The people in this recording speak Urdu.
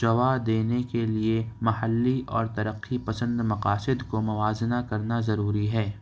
جوا دینے کے لئے محلی اور ترقی پسند مقاصد کو موازنہ کرنا ضروری ہے